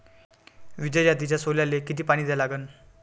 विजय जातीच्या सोल्याले किती पानी द्या लागन?